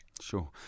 Sure